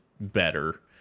better